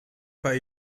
pas